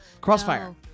Crossfire